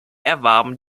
erwarben